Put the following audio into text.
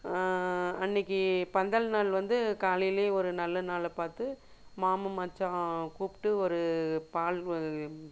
அன்னிக்கு பந்தல் நாள் வந்து காலைலையே ஒரு நல்லா நாளை பார்த்து மாமன் மச்சான் கூப்பிட்டு ஒரு பால் வ